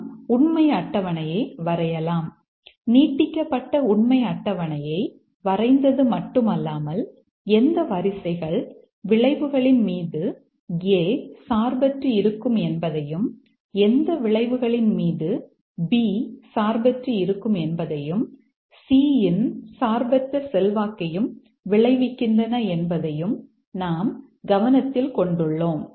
நாம் உண்மை அட்டவணையை வரையலாம் நீட்டிக்கப்பட்ட உண்மை அட்டவணையை வரைந்தது மட்டுமல்லாமல் எந்த வரிசைகள் விளைவுகளின் மீது A சார்பற்று இருக்கும் என்பதையும் எந்த விளைவுகளின் மீது B சார்பற்று இருக்கும் என்பதையும் C இன் சார்பற்ற செல்வாக்கையும் விளைவிக்கின்றன என்பதையும் நாம் கவனத்தில் கொண்டுள்ளோம்